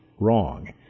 wrong